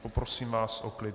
Poprosím vás o klid.